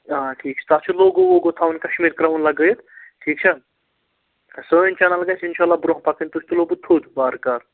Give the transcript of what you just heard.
آ ٹھیٖک چھُ تَتھ چھُ لوگو ووگو تھاوُن کشمیٖر کَرٛاوُن لگٲوِتھ ٹھیٖک چھا سٲنۍ چَیٚنل گژھِ اِنشااللہ برونٛہہ پکٕنۍ تُہۍ تُلو بہٕ تھوٚد وارٕکارٕ